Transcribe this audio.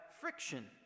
friction